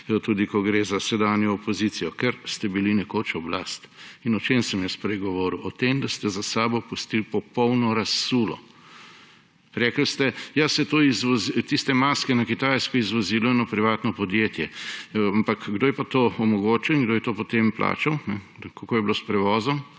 tudi ko gre za sedanjo opozicijo, ker ste bili nekoč oblast. In o čem sem jaz prej govoril? O tem, da ste za sabo pustili popolno razsulo. Rekli ste, da tiste maske na Kitajsko je izvozilo eno privatno podjetje. Ampak kdo je pa to omogočil in kdo je to potem plačal, kako je bilo s prevozom?